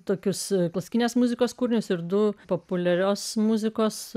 tokius klasikinės muzikos kūrinius ir du populiarios muzikos